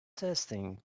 testing